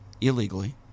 illegally